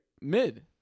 mid